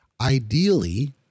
Ideally